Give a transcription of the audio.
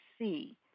see